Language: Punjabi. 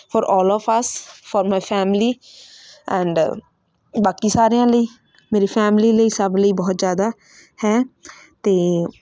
four all of us for my family and ਬਾਕੀ ਸਾਰਿਆਂ ਲਈ ਮੇਰੀ ਫੈਮਲੀ ਲਈ ਸਭ ਲਈ ਬਹੁਤ ਜ਼ਿਆਦਾ ਹੈ ਅਤੇ